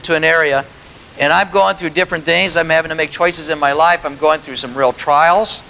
into an area and i've gone through different things i'm having to make choices in my life i'm going through some real trials